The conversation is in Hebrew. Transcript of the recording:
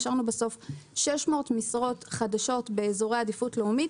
השארנו בסוף 600 משרות חדשות באזורי עדיפות לאומית,